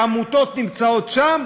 הצד שהעמותות נמצאות בו?